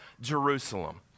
Jerusalem